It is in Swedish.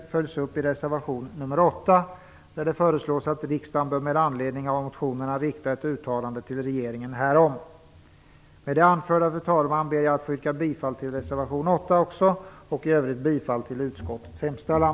8, där det föreslås att riksdagen med anledning av motionerna bör rikta ett uttalande till regeringen härom. Fru talman! Med det anförda ber jag att få yrka bifall till reservation 8 också och i övrigt till utskottets hemställan.